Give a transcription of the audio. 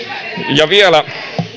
vielä